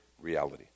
reality